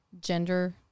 gender